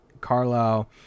Carlisle